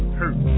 hurt